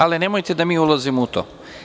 Ali, nemojte da mi ulazimo u to.